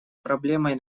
проблемой